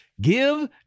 Give